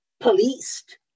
policed